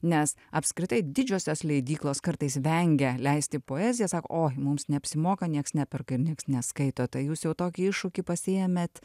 nes apskritai didžiosios leidyklos kartais vengia leisti poeziją sako o mums neapsimoka nieks neperka nieks neskaito tai jūs jau tokį iššūkį pasiėmėt